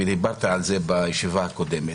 ודיברתי על זה בישיבה הקודמת,